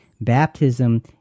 baptism